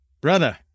brother